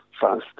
fast